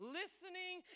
listening